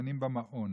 כשהקטנים במעון.